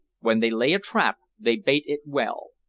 when they lay a trap they bait it well.